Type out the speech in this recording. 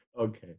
okay